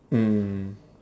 mm